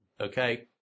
Okay